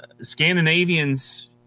Scandinavians